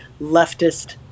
leftist